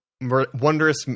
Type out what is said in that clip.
wondrous